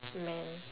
man